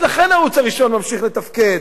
אז לכן הערוץ הראשון ממשיך לתפקד.